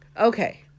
okay